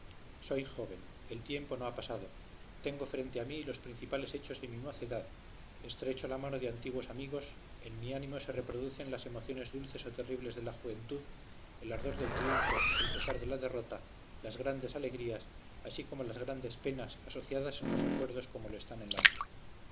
soy joven el tiempo no ha pasado tengo frente a mí los principales hechos de mi mocedad estrecho la mano de antiguos amigos en mi ánimo se reproducen las emociones dulces o terribles de la juventud el ardor del triunfo el pesar de la derrota las grandes alegrías así como las grandes penas asociadas en los recuerdos como lo están en la vida